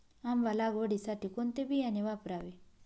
आंबा लागवडीसाठी कोणते बियाणे वापरावे?